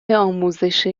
آموزش